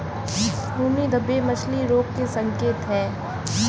खूनी धब्बे मछली रोग के संकेत हैं